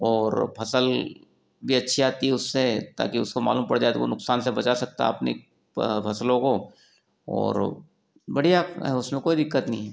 और फसल भी अच्छी आती है उससे ताकि उसको मालूम पड़ जाए तो वो नुकसान से बचा सकता अपनी फसलों को और बढ़िया है उसमें कोई दिक्कत नहीं है